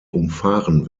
umfahren